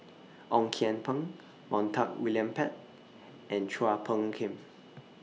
Ong Kian Peng Montague William Pett and Chua Phung Kim